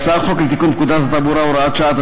הצעת חוק לתיקון פקודת התעבורה (הוראת שעה),